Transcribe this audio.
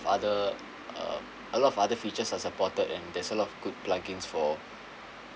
other uh a lot of other features are supported and there's a lot of good plugins for